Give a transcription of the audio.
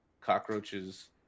cockroaches